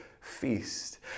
feast